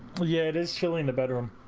yeah and is showing a better um